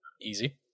Easy